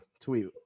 tweet